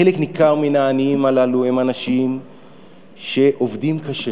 חלק ניכר מהעניים הללו הם אנשים שעובדים קשה